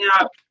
up